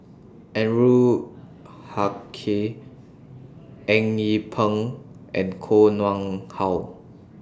Anwarul Haque Eng Yee Peng and Koh Nguang How